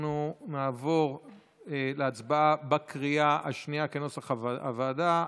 אנחנו נעבור להצבעה בקריאה השנייה, כנוסח הוועדה.